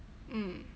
mm